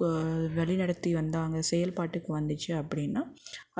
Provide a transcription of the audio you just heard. கோ வழிநடத்தி வந்தாங்கள் செயல்பாட்டுக்கு வந்துச்சு அப்படின்னா